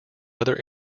other